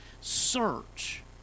search